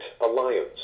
alliance